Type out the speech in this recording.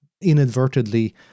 inadvertently